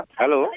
hello